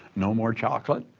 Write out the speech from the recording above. no more chocolate.